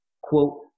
Quote